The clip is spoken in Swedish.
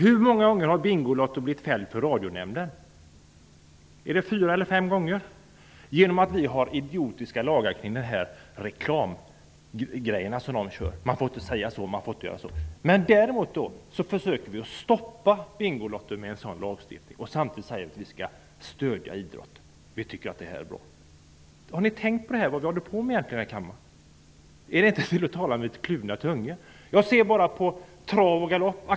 Hur många gånger har Bingolotto blivit fällt i Radionämnden genom att vi har idiotiska lagar om reklamen som de visar? Det heter att man inte får säga si och inte får göra så. Är det fyra eller fem gånger som programmet har blivit fällt? Med en sådan lagstiftning försöker vi stoppa Bingolotto, samtidigt som vi säger att vi skall stödja idrotten. Vi tycker att det är bra. Har ni tänkt på vad vi håller på med i den här kammaren? Är detta inte att tala med kluven tunga? Se bara på AB Trav och Galopp.